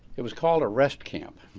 it was called a rest camp,